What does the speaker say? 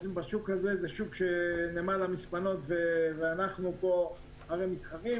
זה שוק שנמל המספנות ואנחנו מתחרים בו.